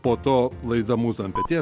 po to laida mūza ant peties